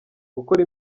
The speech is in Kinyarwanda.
gukora